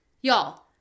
Y'all